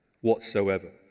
whatsoever